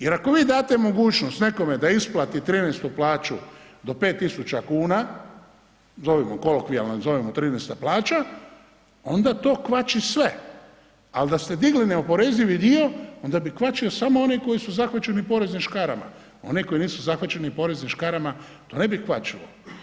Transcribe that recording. Jer ako vi date mogućnost nekome da isplati 13 plaću do 5.000 kuna, kolokvijalno je zovemo 13 plaća, onda to kvači sve, ali da ste digli neoporezivi dio onda bi kvačio samo one koji su zahvaćeni poreznim škarama, one koji nisu zahvaćeni poreznim škarama to ne bi kvačilo.